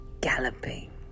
galloping